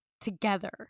together